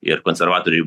ir konservatoriui